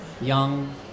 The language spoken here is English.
young